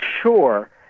sure